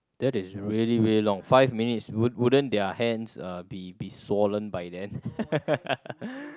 that is really really long five minutes would wouldn't their hands uh be be swollen by then